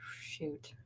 shoot